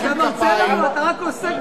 אתה רק עוסק